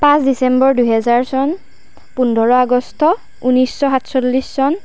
পাঁচ ডিচেম্বৰ দুই হাজাৰ চন পোন্ধৰ আগষ্ট ঊনৈছশ সাতচল্লিশ চন